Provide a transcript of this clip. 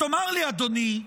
תאמר לי, אדוני,